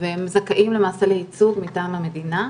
והם זכאים למעשה לייצוג מטעם המדינה.